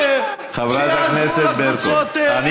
כולם, לדבר על זכויות חברתיות, מה